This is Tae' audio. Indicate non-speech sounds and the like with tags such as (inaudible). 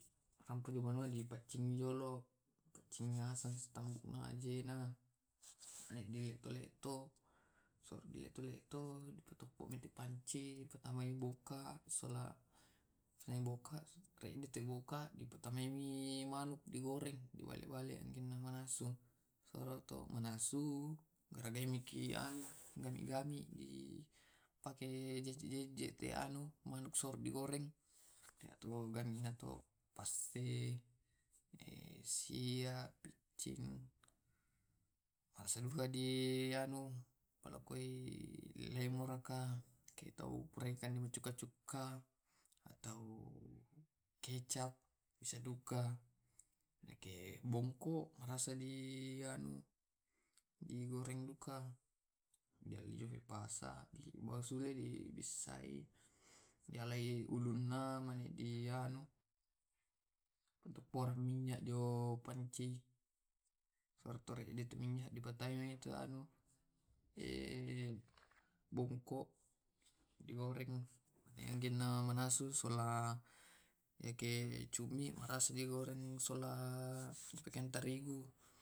Sede bale goreng dilallag dolo dibersihkan diaai sisina na diparolloi wajan na dipalokkoiminyak goreng terus di goreng na dikande. Iyate bale ditumis dipalokkoi wae sola sarre sola sia mane atauji maballaki diapalakkoi kunyit (hesitation)